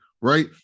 right